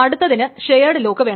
അടുത്തതിന് share lock വേണം